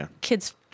kids